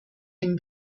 dem